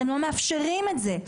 אתם לא מאפשרים את זה.